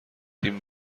تیم